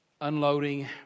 unloading